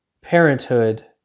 parenthood